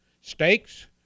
Steaks